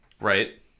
Right